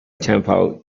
tempo